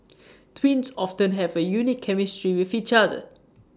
twins often have A unique chemistry with each other